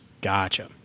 Gotcha